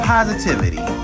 Positivity